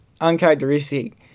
Uncharacteristic